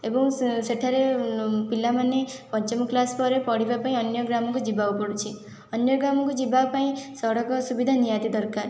ଏବଂ ସେଠାରେ ପିଲାମାନେ ପଞ୍ଚମ କ୍ଲାସ ପରେ ପଢ଼ିବା ପାଇଁ ଅନ୍ୟ ଗ୍ରାମକୁ ଯିବାକୁ ପଡ଼ୁଛି ଅନ୍ୟ ଗ୍ରାମକୁ ଯିବାପାଇଁ ସଡ଼କ ସୁବିଧା ନିହାତି ଦରକାର